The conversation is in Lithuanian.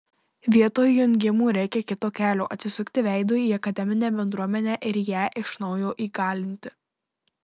vietoj jungimų reikia kito kelio atsisukti veidu į akademinę bendruomenę ir ją iš naujo įgalinti